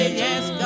yes